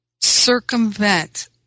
circumvent